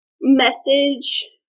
message